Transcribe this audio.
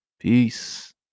peace